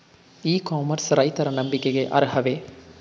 E commerce ರೈತರ ನಂಬಿಕೆಗೆ ಅರ್ಹವೇ?